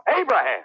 Abraham